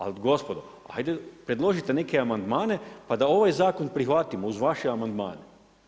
Ali gospodo, ajde preložite neke amandmane pa da ovaj zakon prihvatio uz vaše amandmane.